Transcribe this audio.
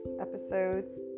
Episodes